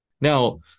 Now